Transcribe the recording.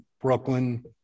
brooklyn